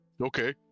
okay